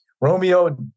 Romeo